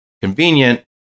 convenient